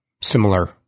similar